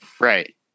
Right